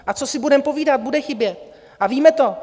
A co si budeme povídat bude chybět a víme to.